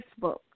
Facebook